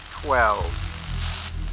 twelve